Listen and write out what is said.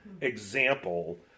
example